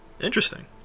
Interesting